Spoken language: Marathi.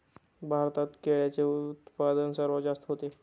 भारतात केळ्यांचे उत्पादन सर्वात जास्त होते